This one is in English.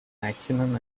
maximum